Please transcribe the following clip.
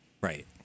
right